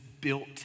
built